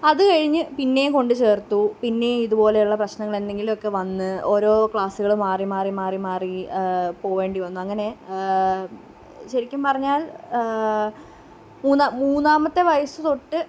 അത് കഴിഞ്ഞു പിന്നെയും കൊണ്ട് ചേർത്തു പിന്നെയും ഇതുപോലെയുള്ള പ്രശ്നങ്ങൾ എന്തെങ്കിലുമൊക്കെ വന്ന് ഓരോ ക്ലാസ്സുകൾ മാറി മാറി മാറി മാറി പോവേണ്ടി വന്നു അങ്ങനെ ശരിക്കും പറഞ്ഞാൽ മൂന്നാമത്തെ മൂന്നാമത്തെ വയസ്സ് തൊട്ട്